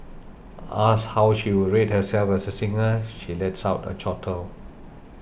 asked how she would rate herself as a singer she lets out a chortle